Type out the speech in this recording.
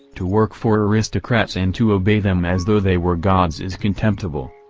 to work for aristocrats and to obey them as though they were gods is contemptible!